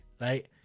right